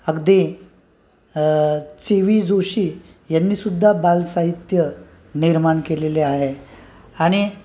अगदी चिं वि जोशी यांनीसुद्धा बालसाहित्य निर्माण केलेले आहे आणि